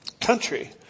country